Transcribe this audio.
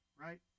right